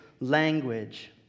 language